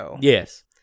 Yes